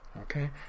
Okay